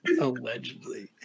Allegedly